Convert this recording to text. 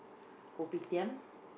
Kopitiam